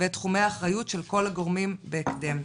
ואת תחומי האחריות של כל הגורמים בהקדם.